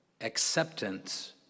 acceptance